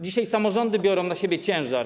Dzisiaj samorządy biorą na siebie ciężar.